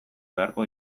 beharko